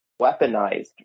weaponized